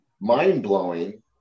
mind-blowing